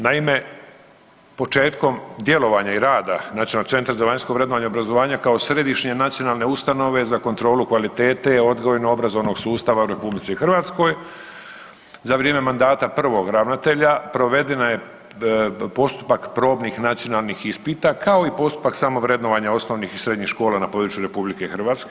Naime, početkom djelovanja i rada Nacionalnog centra za vanjsko vrednovanje obrazovanja kao središnje nacionalne ustanove za kontrolu kvalitete odgojno obrazovnog sustava u RH za vrijeme mandata prvog ravnatelja provedena je postupak probnih nacionalnih ispita kao i postupak samovrednovanja osnovnih i srednjih škola na području RH.